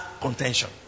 contention